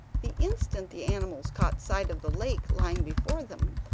the instant the animals caught sight of the lake lying before them,